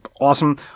awesome